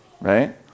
right